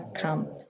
camp